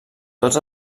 tots